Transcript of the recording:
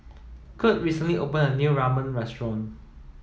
Kirt recently open a new Ramen restaurant